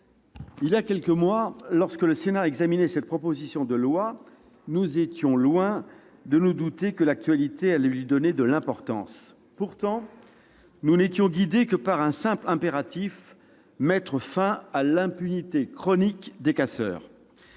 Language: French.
il y a quelques mois, lorsque le Sénat examinait cette proposition de loi, nous étions loin de nous douter que l'actualité allait lui donner de l'importance. Nous n'étions guidés par un simple impératif : mettre fin à l'impunité chronique des casseurs.